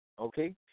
okay